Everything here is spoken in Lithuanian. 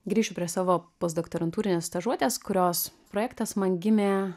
grįšiu prie savo posdoktorantūrinės stažuotės kurios projektas man gimė